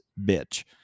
bitch